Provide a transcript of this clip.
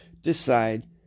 decide